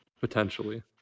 potentially